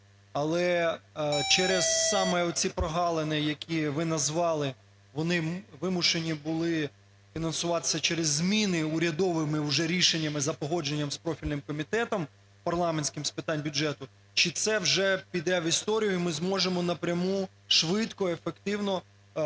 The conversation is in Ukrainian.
але через саме оці прогалини, які ви назвали, вони вимушені були фінансуватися через зміни урядовими вже рішеннями за погодженням з профільним Комітетом парламентським з питань бюджету, чи це вже піде в історію і ми зможемо напряму швидко, ефективно фінансувати